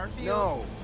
No